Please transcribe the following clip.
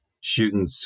shooting